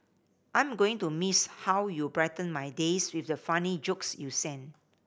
I'm going to miss how you brighten my days with the funny jokes you sent